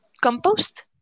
compost